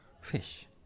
fish